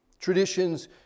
Traditions